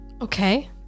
Okay